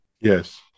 Yes